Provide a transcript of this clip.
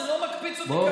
זה לא מקפיץ אותי.